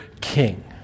king